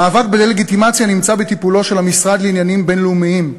המאבק בדה-לגיטימציה נמצא בטיפולו של המשרד לעניינים בין-לאומיים,